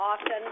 often